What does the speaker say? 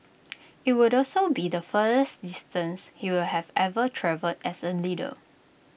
IT would also be the furthest distance he will have ever travelled as A leader